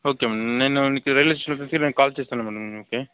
okay madam నేను మీకు railway స్టేషన్కి నేను కాల్ చేస్తాను మ్యాడమ్ మీకు